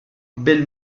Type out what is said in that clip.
bell